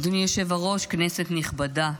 אדוני היושב-ראש, כנסת נכבדה,